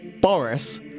Boris